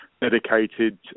dedicated